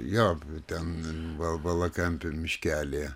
jo ten va valakampių miškelyje